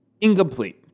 Incomplete